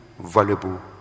valuable